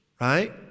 right